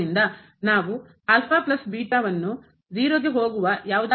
ಆದ್ದರಿಂದ ನಾವು